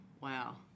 wow